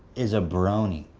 is a brony.